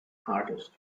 hardest